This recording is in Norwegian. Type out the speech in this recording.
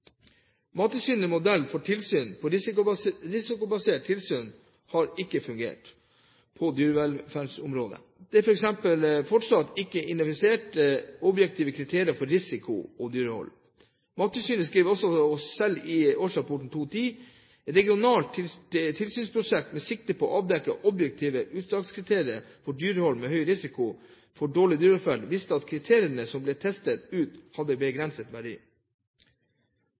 Mattilsynet skriver også i sin årsrapport for 2010: «Regionalt tilsynsprosjekt med sikte på å avdekke objektive utvalgskriter for dyrehold med høy risiko for dårlig dyrevelferd, viste at kriteriene som ble testet ut hadde begrenset verdi.»